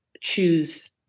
choose